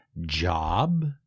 job